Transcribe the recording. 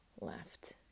left